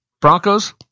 Broncos